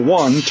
one